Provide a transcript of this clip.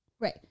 Right